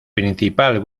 principal